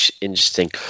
interesting